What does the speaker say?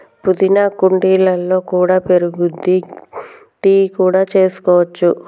పుదీనా కుండీలలో కూడా పెరుగుద్ది, టీ కూడా చేసుకోవచ్చు